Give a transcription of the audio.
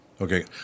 Okay